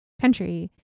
country